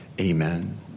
Amen